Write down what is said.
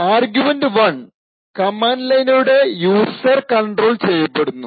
argument 1 command ലൈനിലൂടെ user control ചെയ്യുന്നു